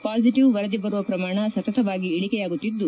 positive ವರದಿ ಬರುವ ಪ್ರಮಾಣ ಸತತವಾಗಿ ಇಳಿಕೆಯಾಗುತ್ತಿದ್ದು